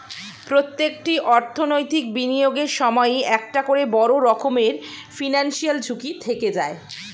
প্রত্যেকটি অর্থনৈতিক বিনিয়োগের সময়ই একটা করে বড় রকমের ফিনান্সিয়াল ঝুঁকি থেকে যায়